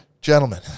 Gentlemen